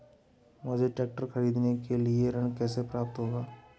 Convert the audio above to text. मुझे ट्रैक्टर खरीदने के लिए ऋण कैसे प्राप्त होगा?